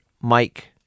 Mike